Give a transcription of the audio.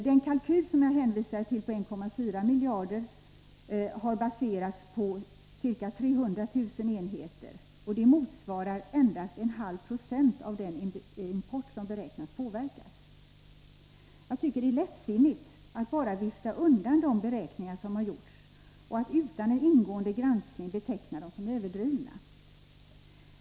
Den kalkyl på 1,4 miljarder som jag hänvisade till har baserats på ca 300 000 enheter, vilket motsvarar endast 0,5 96 av den import som beräknas bli påverkad. Jag tycker att det är lättvindigt att bara vifta undan de beräkningar som har gjorts och att utan en ingående granskning beteckna dem som överdrivna.